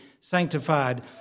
sanctified